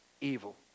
evil